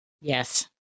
yes